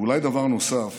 ואולי דבר נוסף